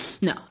no